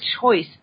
choice